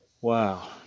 wow